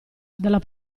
dalla